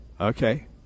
okay